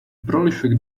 prolific